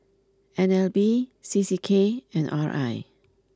N L B C C K and R I